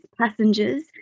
passengers